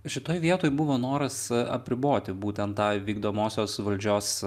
šitoj vietoj buvo noras apriboti būtent tą vykdomosios valdžios